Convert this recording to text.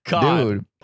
Dude